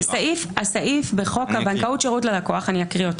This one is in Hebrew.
הסעיף בחוק הבנקאות (שירות ללקוח), אני אקרא.